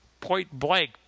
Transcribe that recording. point-blank